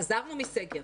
חזרנו מסגר.